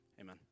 Amen